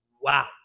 wow